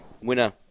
Winner